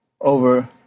over